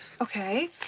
Okay